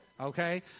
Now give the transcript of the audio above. Okay